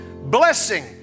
blessing